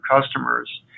customers